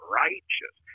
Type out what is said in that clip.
righteous